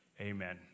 Amen